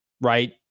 right